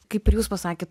kaip ir jūs pasakėt